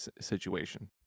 situation